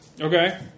Okay